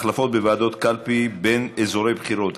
(החלפות בוועדות קלפי בין אזורי בחירות),